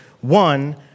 one